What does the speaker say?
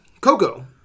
Coco